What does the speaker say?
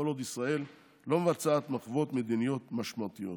כל עוד ישראל לא מבצעת מחוות מדיניות משמעותיות".